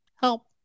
Help